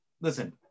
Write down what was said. listen